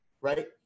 right